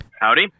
Howdy